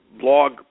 blog